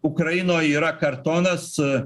ukrainoj yra kartonas